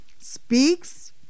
speaks